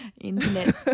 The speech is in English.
internet